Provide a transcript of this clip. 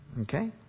Okay